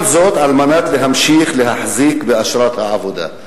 כל זאת על מנת להמשיך ולהחזיק באשרת העבודה.